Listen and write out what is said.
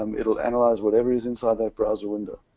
um it'll analyze whatever is inside that browser window.